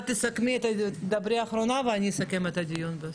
את תדברי אחרונה ואני אסכם את הדיון בסוף.